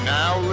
now